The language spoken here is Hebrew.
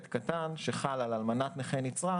שחל על אלמנת נכה נצרך.